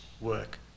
work